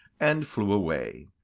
and flew away.